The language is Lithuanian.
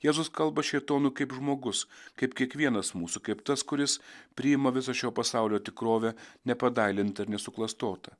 jėzus kalba šėtonui kaip žmogus kaip kiekvienas mūsų kaip tas kuris priima visą šio pasaulio tikrovę nepadailintą ir nesuklastotą